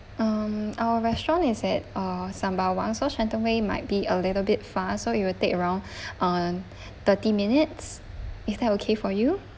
um our restaurant is at uh sembawang so shenton way might be a little bit far so it will take around uh thirty minutes is that okay for you